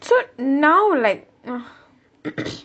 so now like